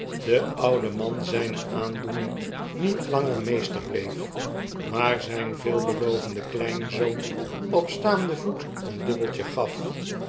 de oude man zijne aandoening niet langer meester bleef maar zijn veelbelovenden kleinzoon op staande voet een dubbeltje gaf